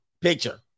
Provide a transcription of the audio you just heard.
picture